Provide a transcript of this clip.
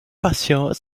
patients